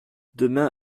demain